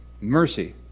mercy